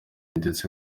ndetse